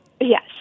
Yes